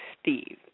Steve